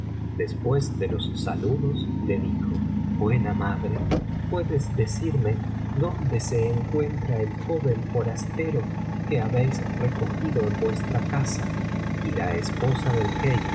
después de los saludos le dijo buena madre puedes decirme dónde se encuentra el joven forastero que habéis recogido en vuestra casa y la esposa del